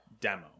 demo